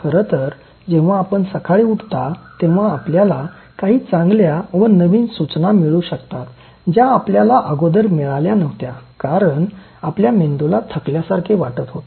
खरं तर जेव्हा आपण सकाळी उठता तेव्हा आपल्याला काही चांगल्या व नवीन सूचना मिळू शकतात ज्या आपल्याला अगोदर मिळाल्या नव्हत्या कारण आपल्या मेंदूला थकल्यासारखं वाटत होते